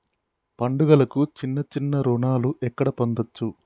పండుగలకు చిన్న చిన్న రుణాలు ఎక్కడ పొందచ్చు?